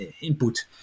input